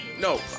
No